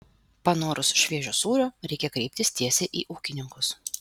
panorus šviežio sūrio reikia kreiptis tiesiai į ūkininkus